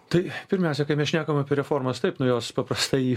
tai pirmiausiai kai mes šnekam apie reformas taip nu jos paprastai